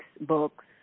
books